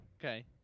Okay